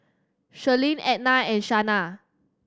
Sherlyn Edna and Shanna